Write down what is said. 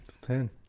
Ten